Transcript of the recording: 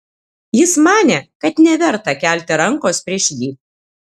jis manė kad neverta kelti rankos prieš jį